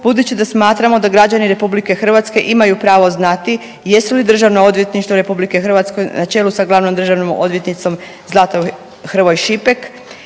budući da smatramo da građani RH imaju pravo znati jesu li državna odvjetnika RH na čelu s glavnom državnom odvjetnicom Zlatom Hrvoj Šipek